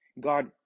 god